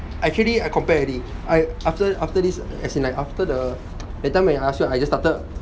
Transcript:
actually I compared already I after after this as in like after the that time when you ask I just started